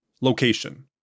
Location